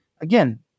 again